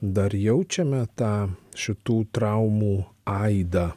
dar jaučiame tą šitų traumų aidą